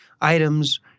items